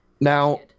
Now